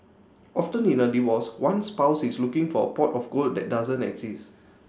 often in A divorce one spouse is looking for A pot of gold that doesn't exist